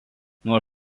nuo